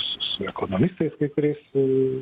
su su ekonomistais kai kuriais su